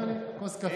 אמר לי: כוס קפה.